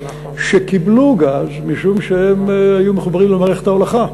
שקיבלו גז משום שהם היו מחוברים למערכת ההולכה.